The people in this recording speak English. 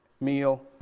meal